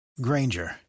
Granger